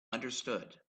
understood